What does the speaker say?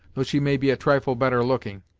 though she may be a trifle better looking.